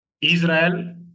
Israel